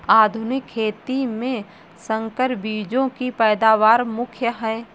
आधुनिक खेती में संकर बीजों की पैदावार मुख्य हैं